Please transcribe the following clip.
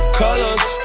colors